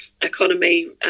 economy